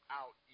out